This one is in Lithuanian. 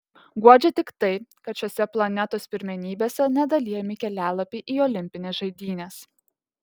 guodžia tik tai kad šiose planetos pirmenybėse nedalijami kelialapiai į olimpines žaidynes